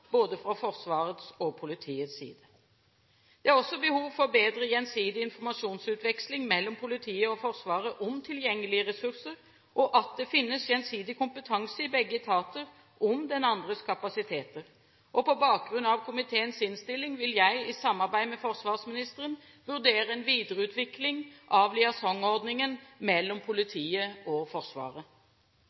både fra Forsvarets og politiets side. Det er også behov for bedre gjensidig informasjonsutveksling mellom politiet og Forsvaret om tilgjengelige ressurser og at det finnes gjensidig kompetanse i begge etater om den andres kapasiteter. På bakgrunn av komiteens innstilling vil jeg i samarbeid med forsvarsministeren vurdere en videreutvikling av liaison-ordningen mellom politiet og Forsvaret.